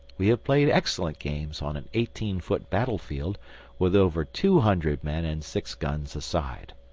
we have played excellent games on an eighteen-foot battlefield with over two hundred men and six guns a side.